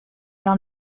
are